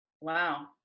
wow